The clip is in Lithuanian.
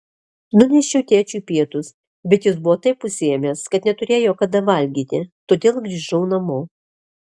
nunešiau tėčiui pietus bet jis buvo taip užsiėmęs kad neturėjo kada valgyti todėl grįžau namo